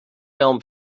film